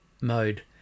mode